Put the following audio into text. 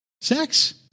sex